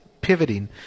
pivoting